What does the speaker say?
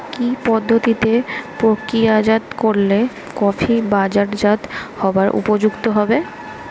কি পদ্ধতিতে প্রক্রিয়াজাত করলে কফি বাজারজাত হবার উপযুক্ত হবে?